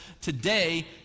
today